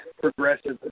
progressive